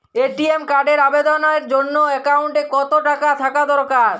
ATM কার্ডের আবেদনের জন্য অ্যাকাউন্টে কতো টাকা থাকা দরকার?